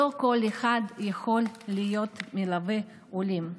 אז לא כל אחד יכול להיות מלווה עולים.